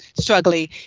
struggling